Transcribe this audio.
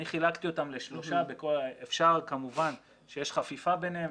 אני חילקתי אותם לשלושה שיש חפיפה ביניהם.